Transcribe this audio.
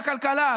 טוב לכלכלה,